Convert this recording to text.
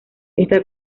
esta